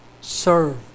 serve